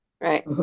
Right